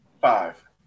Five